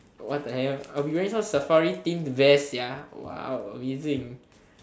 what the hell I be wearing some safari theme vest sia !wow! amazing